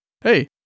hey